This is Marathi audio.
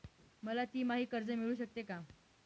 मला तिमाही कर्ज मिळू शकते का?